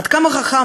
עד כמה חכם